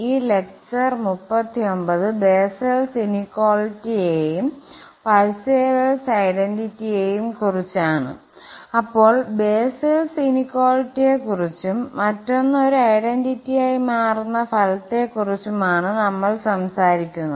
ഈ lecture 39 Bessel's ഇനിക്വാളിറ്റിയെയും Parseval's ഐഡന്റിറ്റിയെയുംകുറിച്ചാണ് അപ്പോൾ ബെസ്സൽസ് ഇനിക്വാളിറ്റിയെകുറിച്ചും മറ്റൊന്ന് ഒരു ഐഡന്റിറ്റിയായി മാറുന്ന ഫലത്തെക്കുറിച്ചുമാണ് നമ്മൾ സംസാരിക്കുന്നത്